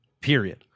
Period